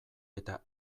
eta